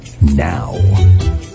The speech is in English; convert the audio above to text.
now